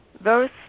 verse